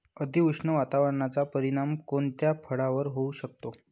अतिउष्ण वातावरणाचा परिणाम कोणत्या फळावर होऊ शकतो?